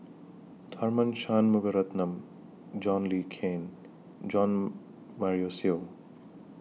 Tharman Shanmugaratnam John Le Cain Jo Marion Seow